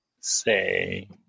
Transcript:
say